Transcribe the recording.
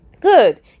Good